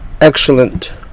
excellent